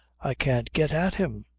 i can't get at him.